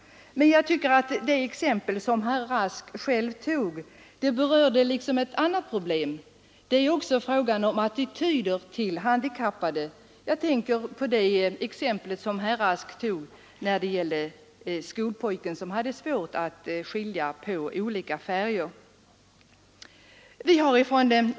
Men jag tycker att de exempel herr Rask själv tog upp gäller också någonting annat, nämligen attityden till de handikappade. Jag tänker på herr Rasks exempel om skolpojken som hade svårt att skilja på olika färger.